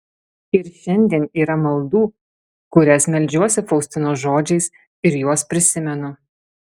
ir šiandien yra maldų kurias meldžiuosi faustinos žodžiais ir juos prisimenu